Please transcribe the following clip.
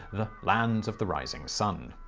the land of the rising sun.